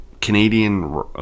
Canadian